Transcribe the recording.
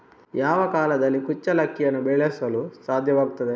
ಯಾವ ಕಾಲದಲ್ಲಿ ಕುಚ್ಚಲಕ್ಕಿಯನ್ನು ಬೆಳೆಸಲು ಸಾಧ್ಯವಾಗ್ತದೆ?